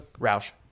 Roush